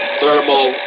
thermal